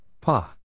Pa